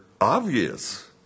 obvious